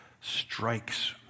strikes